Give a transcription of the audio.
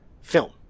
film